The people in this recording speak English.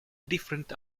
different